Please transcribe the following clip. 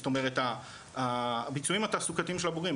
זאת אומרת על הביצועים התעסוקתיים של הבוגרים,